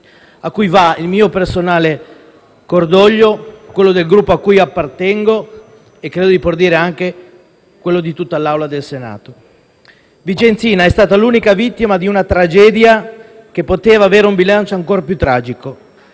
a cui va il mio personale cordoglio, quello del Gruppo a cui appartengo e, credo di poter dire, anche quello di tutta l'Assemblea del Senato. Vincenzina è stata l'unica vittima di una tragedia che poteva avere un bilancio ancora più tragico